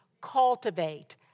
Cultivate